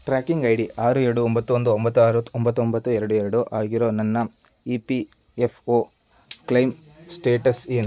tracking I D ಆರು ಎರಡು ಒಂಬತ್ತು ಒಂದು ಒಂಬತ್ತು ಆರು ಒಂಬತ್ತು ಒಂಬತ್ತು ಎರಡು ಎರಡು ಆಗಿರೋ ನನ್ನ E P F O claim status ಏನು